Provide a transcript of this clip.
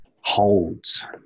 holds